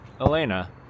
Elena